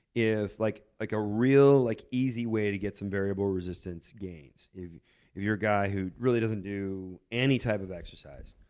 if like like a real like easy way to get some variable resistance gains, if you're a guy who really doesn't do any type of exercise,